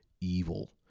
evil